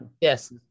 Yes